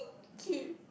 key